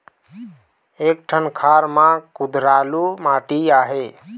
एक ठन खार म कुधरालू माटी आहे?